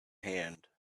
hand